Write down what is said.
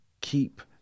keep